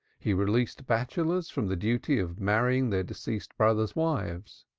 he released bachelors from the duty of marrying their deceased brothers' wives.